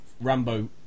Rambo